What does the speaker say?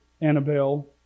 Annabelle